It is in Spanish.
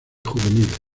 juveniles